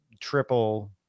triple